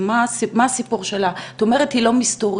את אומרת שהיא לא מסתורית,